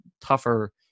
tougher